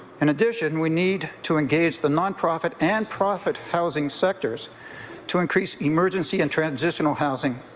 in addition, we need to engage the nonprofit and profit housing sectors to increase emergency and transitional housing,